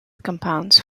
compounds